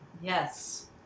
Yes